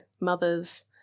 mother's